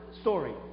story